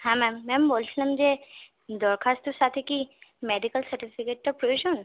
হ্যাঁ ma'am ma'am বলছিলাম যে দরখাস্তর সাথে কি মেডিক্যাল সার্টিফিকেটটা প্রয়োজন